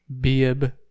bib